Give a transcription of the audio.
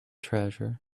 treasure